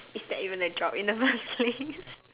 is that even a job in the first place